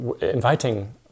inviting